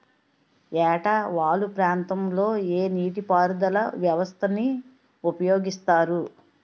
ఏట వాలు ప్రాంతం లొ ఏ నీటిపారుదల వ్యవస్థ ని ఉపయోగిస్తారు?